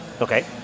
Okay